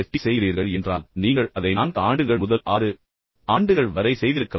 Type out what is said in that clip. D செய்கிறீர்கள் என்றால் நீங்கள் அதை 4 ஆண்டுகள் முதல் 6 ஆண்டுகள் வரை செய்திருக்கலாம்